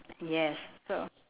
yes so